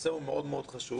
הנושא הוא מאוד מאוד חשוב,